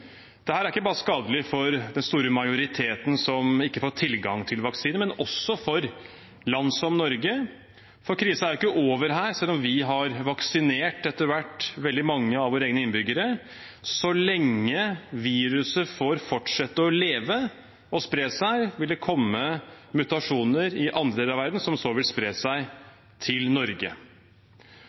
er ikke bare skadelig for den store majoriteten som ikke får tilgang til vaksine, men også for land som Norge. For krisen er ikke over her, selv om vi etter hvert har vaksinert veldig mange av våre egne innbyggere. Så lenge viruset får fortsette å leve og spre seg, vil det komme mutasjoner i andre deler av verden som så vil spre seg til Norge.